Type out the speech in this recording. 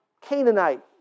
Canaanite